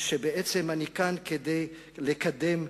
שבעצם אני כאן כדי לקדם,